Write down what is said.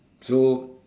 so